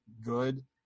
good